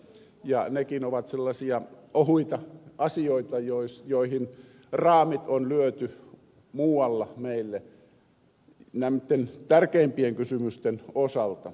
ja nekin ovat sellaisia ohuita asioita joihin raamit on lyöty muualla meille näitten tärkeimpien kysymysten osalta